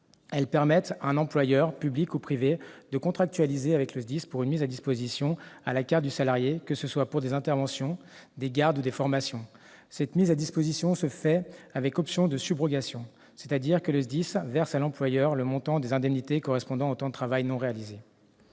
Elles permettent à un employeur, public ou privé, de contractualiser avec le SDIS pour une mise à disposition à la carte du salarié, que ce soit pour des interventions, des gardes ou des formations. Cette mise à disposition se fait avec option de subrogation, c'est-à-dire que le SDIS verse à l'employeur le montant des indemnités correspondant au temps de travail non réalisé.